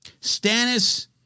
Stannis